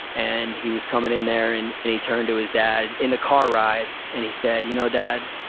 and he was coming in there and and he turned to his dad in the car ride, and he said, you know dad,